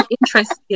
interested